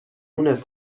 مونس